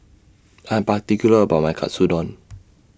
I'm particular about My Katsudon